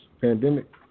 pandemic